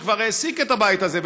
שכבר העסיק את הבית הזה,